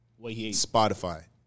Spotify